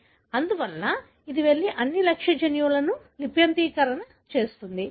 అందువల్ల ఇది వెళ్లి అన్ని లక్ష్య జన్యువులను లిప్యంతరీకరిస్తుంది